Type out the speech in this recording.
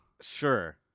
Sure